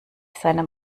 seinem